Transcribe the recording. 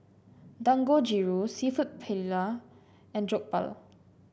Dangojiru seafood Paella and Jokbal